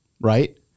Right